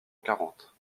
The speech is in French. quarante